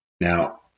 Now